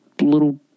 little